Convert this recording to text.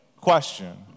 question